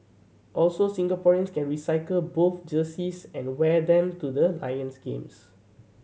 also Singaporeans can recycle both jerseys and wear them to the Lions games